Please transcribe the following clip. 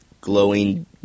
glowing